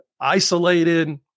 isolated